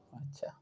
اچھا